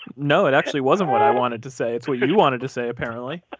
no, it actually wasn't what i wanted to say. it's what you wanted to say apparently.